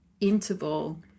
interval